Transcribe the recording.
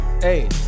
Hey